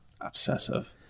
Obsessive